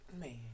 Man